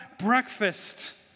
breakfast